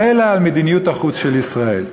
אלא על מדיניות החוץ של ישראל.